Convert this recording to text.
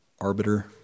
arbiter